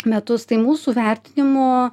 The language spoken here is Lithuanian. metus tai mūsų vertinimu